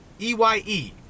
E-Y-E